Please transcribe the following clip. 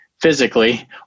physically